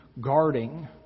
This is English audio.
guarding